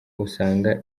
usanga